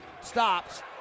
stops